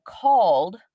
called